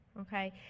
okay